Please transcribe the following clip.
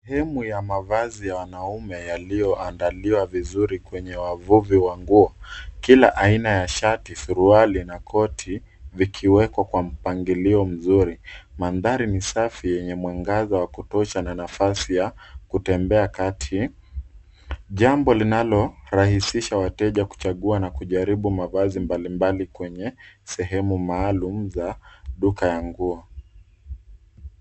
Sehemu ya mavazi ya wanaume yaliyoandaliwa vizuri kwenye wavuvi wa nguo. Kila aina ya shati, suruali, na koti vikiwekwa kwa mpangilio mzuri. Mandhari ni safi yenye mwangaza wa kutosha na nafasi ya kutembea kati. Jambo linalorahisisha wateja kuchagua na kujaribu mavazi mbalimbali kwenye sehemu maalum za duka la nguo.